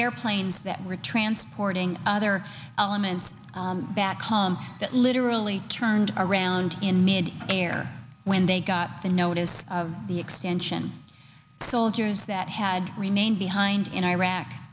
airplanes that were transporting other elements back home that literally turned around in mid air when they got the notice the extension soldiers that had remained behind in iraq